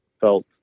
felt